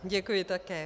Děkuji také.